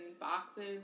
boxes